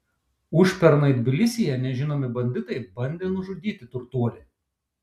užpernai tbilisyje nežinomi banditai bandė nužudyti turtuolį